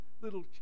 little